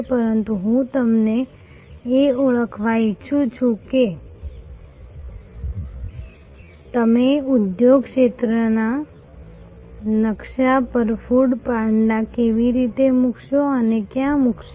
પરંતુ હું તમને એ ઓળખવા ઈચ્છું છું કે તમે ઉદ્યોગ ક્ષેત્રના નકશા પર ફૂડ પાંડા કેવી રીતે મુકશો અને ક્યાં મુકશો